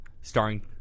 starring